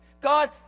God